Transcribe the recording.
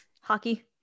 hockey